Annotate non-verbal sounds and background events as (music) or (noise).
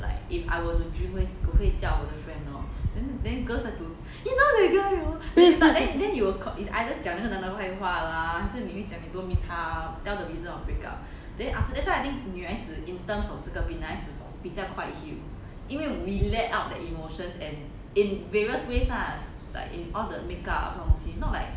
(laughs)